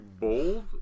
bold